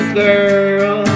girl